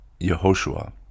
Yehoshua